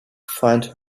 find